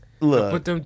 Look